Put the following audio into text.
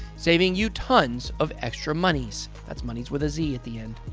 saving you tons of extra monies. that's monies with a z at the end.